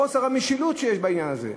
בחוסר המשילות שיש בעניין הזה.